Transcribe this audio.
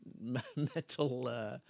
metal